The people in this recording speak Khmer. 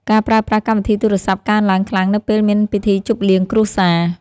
ការប្រើប្រាស់កម្មវិធីទូរសព្ទ កើនឡើងខ្លាំងនៅពេលមានពិធីជប់លៀងគ្រួសារ។